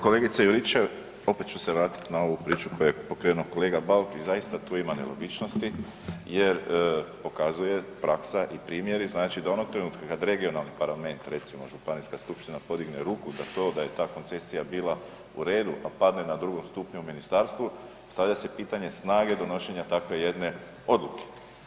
Kolegice Juričev, opet ću se vratiti na ovu priču koju je pokrenuo kolega Bauk i zaista tu ima nelogičnosti jer pokazuju praksa i primjeri znači do onog trenutka kada regionalni … recimo županijska skupština podigne ruku za to da je ta koncesija bila u redu, a padne na drugom stupnju u ministarstvu, postavlja se pitanje snage donošenja takve jedne odluke.